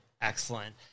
excellent